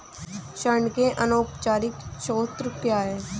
ऋण के अनौपचारिक स्रोत क्या हैं?